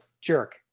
jerk